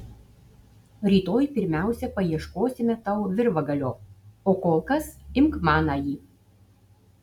rytoj pirmiausia paieškosime tau virvagalio o kol kas imk manąjį